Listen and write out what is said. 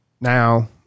Now